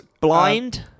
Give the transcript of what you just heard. Blind